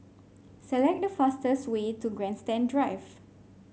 select the fastest way to Grandstand Drive